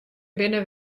binne